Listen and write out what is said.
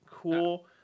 Cool